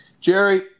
Jerry